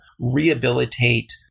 rehabilitate